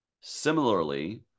Similarly